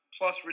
plus